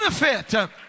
benefit